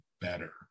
better